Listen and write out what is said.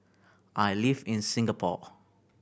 I live in Singapore